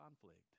conflict